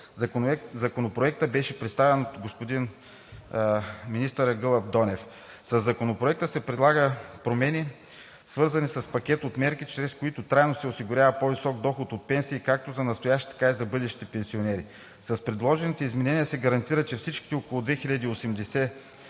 Законопроектът беше представен от господин Гълъб Донев. Със Законопроекта се предлагат промени, свързани с пакет от мерки, чрез които трайно се осигурява по-висок доход от пенсии както за настоящите, така и за бъдещите пенсионери. С предложените изменения се гарантира, че всички около 2080,0